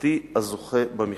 הפרטי הזוכה במכרז.